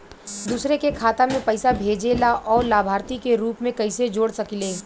दूसरे के खाता में पइसा भेजेला और लभार्थी के रूप में कइसे जोड़ सकिले?